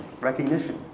recognition